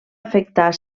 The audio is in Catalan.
afectar